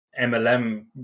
MLM